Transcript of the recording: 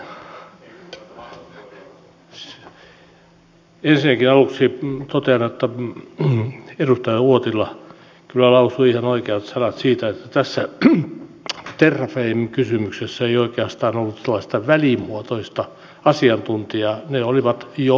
ensinnäkin aluksi totean että edustaja uotila kyllä lausui ihan oikeat sanat siitä että tässä terrafame kysymyksessä ei oikeastaan ollut sellaista välimuotoista asiantuntijaa ne olivat jokotai